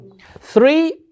Three